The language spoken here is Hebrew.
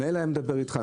המנהל היה מדבר איתך,